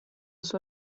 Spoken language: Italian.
suo